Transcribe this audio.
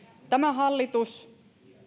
tämä hallitus